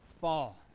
fall